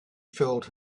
filled